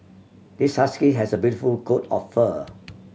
this husky has a beautiful coat of fur